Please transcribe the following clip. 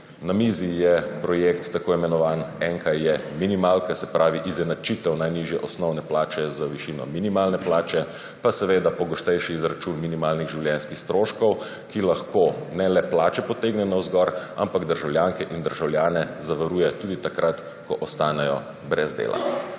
Na mizi je tako imenovani projekt Enka = minimalka, se pravi izenačitev najnižje osnovne plače z višino minimalne plače, pa seveda pogostejši izračun minimalnih življenjskih stroškov, ki lahko ne le plače potegne navzgor, ampak tudi državljanke in državljane zavaruje, tudi takrat, ko ostanejo brez dela.